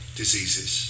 diseases